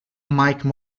mike